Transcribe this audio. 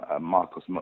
Marcus